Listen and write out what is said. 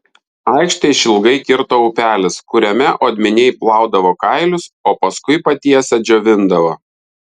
aikštę išilgai kirto upelis kuriame odminiai plaudavo kailius o paskui patiesę džiovindavo